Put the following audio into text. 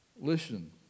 Listen